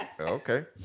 Okay